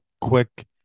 quick